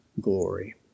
glory